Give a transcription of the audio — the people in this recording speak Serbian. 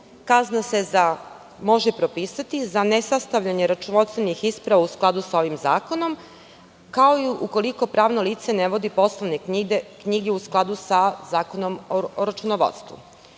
kazna se može propisati za nesastavljanje računovodstvenih isprava u skladu sa ovim zakonom, kao i ukoliko pravno lice ne vodi poslovne knjige u skladu sa Zakonom o računovodstvu. Potpuno